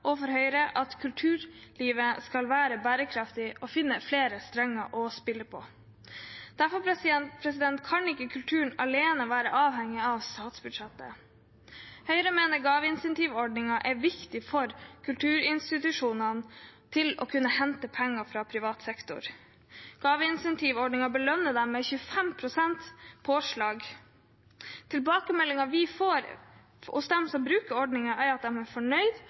og for Høyre at kulturlivet skal være bærekraftig og finne flere strenger å spille på. Derfor kan ikke kulturen alene være avhengig av statsbudsjettet. Høyre mener gaveforsterkningsordningen er viktig for å få kulturinstitusjonene til å kunne hente penger fra privat sektor. Gaveforsterkningsordningen belønner dem med 25 pst. påslag. Tilbakemeldingen vi får fra dem som bruker ordningen, er at de er